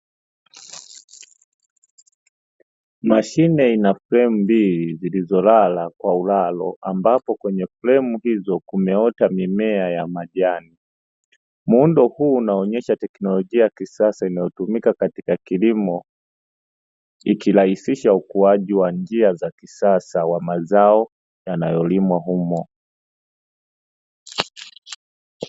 Mashine inafremu mbili ambapo kwenye fremu hyo kuna uwoto wa wakijani